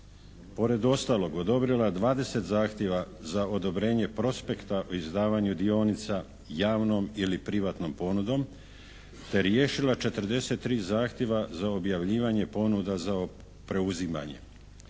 Pored ostalog, odobrila 20 zahtjeva za odobrenje prospekta u izdavanju dionica javnom ili privatnom ponudom te riješila 43 zahtjeva za objavljivanje ponuda za preuzimanje